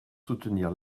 soutenir